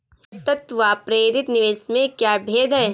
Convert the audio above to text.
स्वायत्त व प्रेरित निवेश में क्या भेद है?